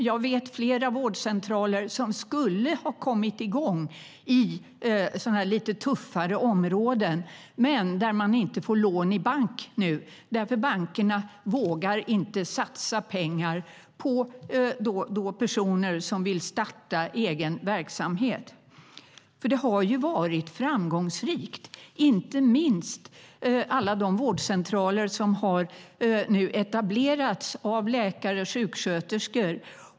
Jag vet att flera vårdcentraler skulle ha kommit igång i lite tuffare områden, men man får inte lån i bank eftersom bankerna inte vågar satsa på personer som vill starta egen verksamhet. Vårdvalet har ju varit framgångsrikt, inte minst för alla de vårdcentraler som har etablerats av läkare och sjuksköterskor.